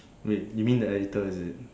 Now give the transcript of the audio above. wait you mean the editor is it